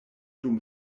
dum